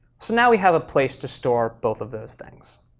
so now we have a place to store both of those things.